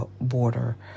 border